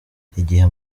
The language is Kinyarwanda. igihe